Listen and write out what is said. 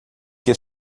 que